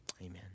amen